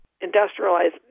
industrialized